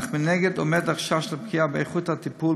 אך מנגד עומד החשש לפגיעה באיכות הטיפול